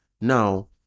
now